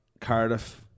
Cardiff